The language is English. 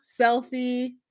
selfie